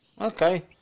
Okay